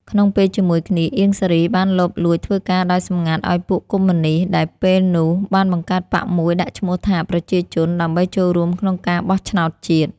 ក្នុងពេលជាមួយគ្នា អៀង សារី បានលបលួចធ្វើការដោយសម្ងាត់ឱ្យពួកកុម្មុយនិស្ត ដែលពេលនោះបានបង្កើតបក្សមួយដាក់ឈ្មោះថា “ប្រជាជន” ដើម្បីចូលរួមក្នុងការបោះឆ្នោតជាតិ។